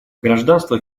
гражданство